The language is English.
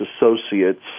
Associates